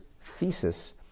thesis